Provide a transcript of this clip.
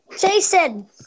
Jason